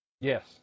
Yes